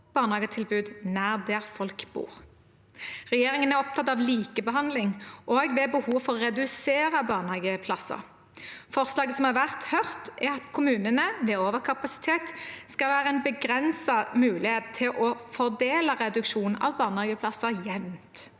barnehagetilbud nær der folk bor. Regjeringen er opptatt av likebehandling, også når det er behov for å redusere barnehageplasser. Forslaget som har vært hørt, er at kommunene ved overkapasitet skal ha en begrenset mulighet til å fordele reduksjonen av barnehageplasser jevnt.